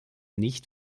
nicht